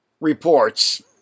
reports